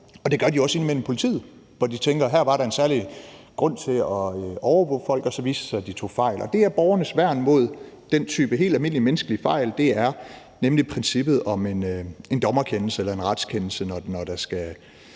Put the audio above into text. Der kan være situationer, hvor de har tænkt, at der var en særlig grund til at overvåge folk, og så viser det sig, at de tog fejl. Der er det borgernes værn mod den type helt almindelige menneskelige fejl, at man har princippet om, at der skal en dommerkendelse eller en retskendelse til, når der skal